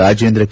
Rajendra K